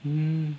mm